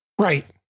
right